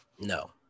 no